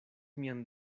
mian